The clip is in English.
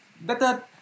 better